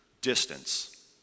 Distance